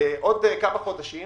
בעוד כמה חודשים